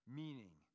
meaning